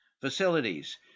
facilities